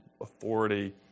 authority